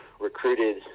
recruited